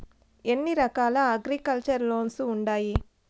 ఎన్ని రకాల agriculture loans ఉండాయి